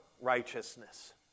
righteousness